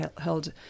held